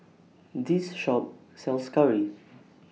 This Shop sells Curry